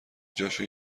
جاشو